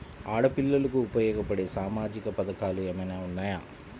ఆడపిల్లలకు ఉపయోగపడే సామాజిక పథకాలు ఏమైనా ఉన్నాయా?